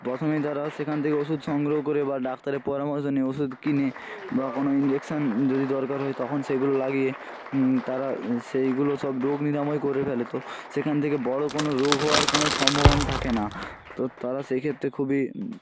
যারা সেখান থেকে ওষুধ সংগ্রহ করে বা ডাক্তারের পরামর্শ নিয়ে ওষুধ কিনে বা কখনো ইঞ্জেকশান যদি দরকার হয় তখন সেগুলো লাগে তারা সেইগুলো সব রোগ নিরাময় করে ফেলে তো সেখান থেকে বড়ো কোনো রোগ হওয়ার কোনো সম্ভাবনা থাকে না তো তারা সেক্ষেত্রে খুবই